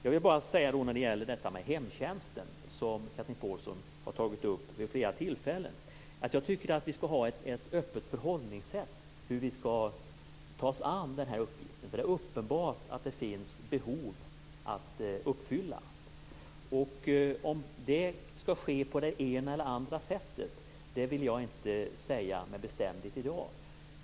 Låt mig bara säga när det gäller hemtjänsten, som Chatrine Pålsson har tagit upp vid flera tillfällen, att jag tycker att vi skall ha ett öppet förhållningssätt till hur vi skall ta oss an den uppgiften. Det är uppenbart att det finns behov att fylla, men om det skall ske på det ena eller det andra sättet vill jag inte säga med bestämdhet i dag.